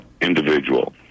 individual